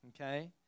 okay